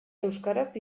euskaraz